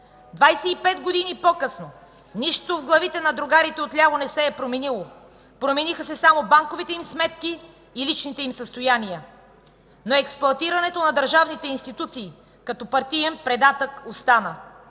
пет години по-късно нищо в главите на другарите от ляво не се е променило. Промениха се само банковите им сметки и личните им състояния, но експлоатирането на държавните институции като партиен придатък остана.